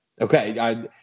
Okay